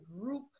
group